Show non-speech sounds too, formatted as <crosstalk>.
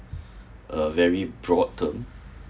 <breath> a very broad term